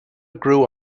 grew